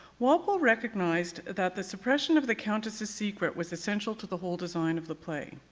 walpole recognized that the suppression of the countess's secret was essential to the whole design of the play.